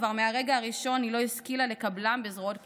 כבר מהרגע הראשון היא לא השכילה לקבלם בזרועות פתוחות.